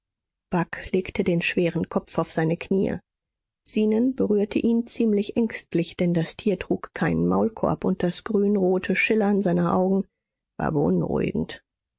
bagh legte den schweren kopf auf seine kniee zenon berührte ihn ziemlich ängstlich denn das tier trug keinen maulkorb und das grünrote schillern seiner augen